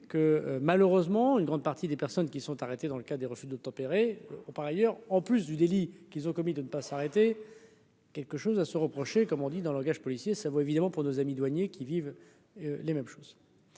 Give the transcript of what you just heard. que, malheureusement, une grande partie des personnes qui sont arrêtés dans le cas de refus d'obtempérer ont par ailleurs en plus du délit qu'ils ont commis de ne pas s'arrêter. Quelque chose à se reprocher, comme on dit dans le langage policier, ça vaut évidemment pour nos amis douaniers qui vivent les mêmes choses,